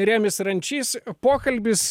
remis rančys pokalbis